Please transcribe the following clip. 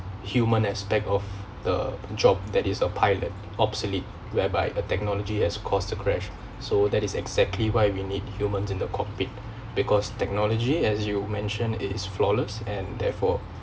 human aspect of the job that is a pilot obsolete whereby a technology has caused the crash so that is exactly why we need humans in the cockpit because technology as you mention is flawless and therefore